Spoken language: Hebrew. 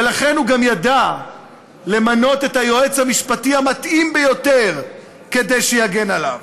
ולכן הוא גם ידע למנות את היועץ המשפטי המתאים ביותר כדי שיגן עליו.